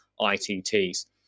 ITTs